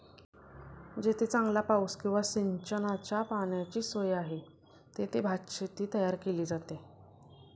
जेथे चांगला पाऊस किंवा सिंचनाच्या पाण्याची सोय आहे, तेथे भातशेती तयार केली जाते